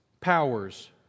powers